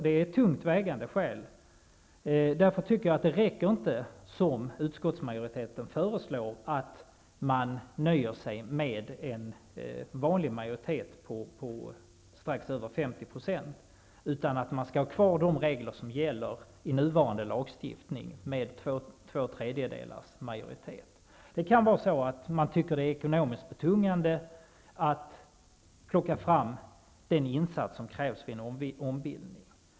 Det är tungt vägande skäl. Därför räcker det inte att man nöjer sig med en vanlig majoritet på strax över 50 % som utskottsmajoriteten föreslår. Man skall ha kvar de regler som gäller i nuvarande lagstiftning, dvs. Det kan vara så att människor tycker att det är ekonomiskt betungande att plocka fram den insats som krävs vid en ombildning.